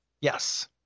Yes